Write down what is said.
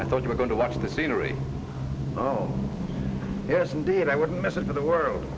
i thought you were going to watch the scenery oh yes indeed i wouldn't listen to the world